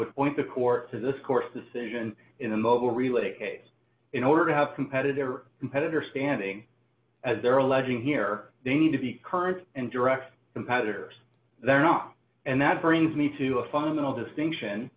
would point the court to this course decision in the mobile relay case in order to have competitor competitor standing as they're alleging here they need to be current and direct competitors they're not and that brings me to a fundamental distinction